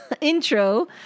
intro